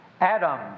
Adam